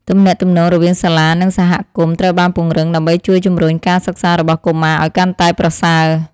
ទំនាក់ទំនងរវាងសាលានិងសហគមន៍ត្រូវបានពង្រឹងដើម្បីជួយជំរុញការសិក្សារបស់កុមារឱ្យកាន់តែប្រសើរ។